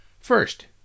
first